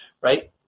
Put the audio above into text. right